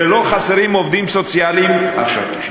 ולא חסרים עובדים סוציאליים, עכשיו תקשיב,